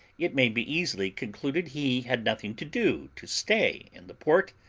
it may be easily concluded he had nothing to do to stay in the port,